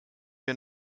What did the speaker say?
wir